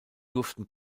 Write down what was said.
durften